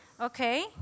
Okay